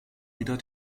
wieder